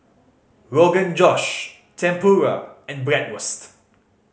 Rogan Josh Tempura and Bratwurst